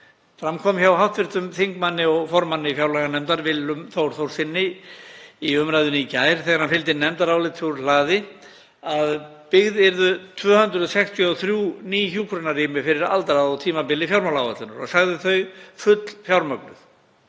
Fram kom hjá hv. þingmanni og formanni fjárlaganefndar, Willum Þór Þórssyni, í umræðunni í gær þegar hann fylgdi nefndaráliti úr hlaði að byggð yrðu 263 ný hjúkrunarrými fyrir aldraða á tímabili fjármálaáætlunar og sagði þau fullfjármögnuð.